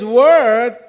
word